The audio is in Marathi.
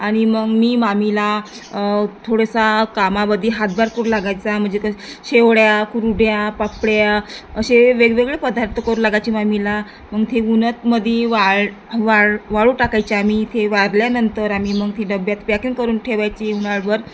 आणि मग मी मामीला थोडंसा कामामध्ये हातभार करू लागायचा म्हणजे कसं शेवया कुरड्या पापड्या असे वेगवेगळे पदार्थ करू लागायचे मामीला मग ते उन्हामध्ये वाळ वाळ वाळू टाकायचे आम्ही ते वाळल्यानंतर आम्ही मग ती डब्यात पॅकिंग करून ठेवायची उन्हाळाभर